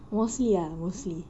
mostly ah mostly